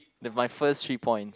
the my first three points